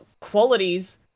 qualities